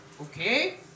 Okay